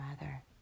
mother